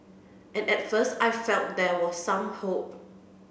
and at first I felt there was some hope